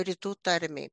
rytų tarmei